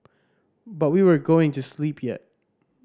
but we weren't going to sleep yet